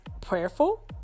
prayerful